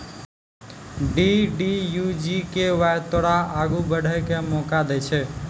DDU GKY तोरा आगू बढ़ै के मौका दै छै